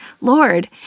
Lord